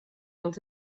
els